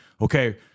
okay